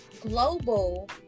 Global